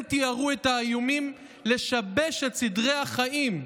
הם תיארו את האיומים לשבש את סדרי החיים,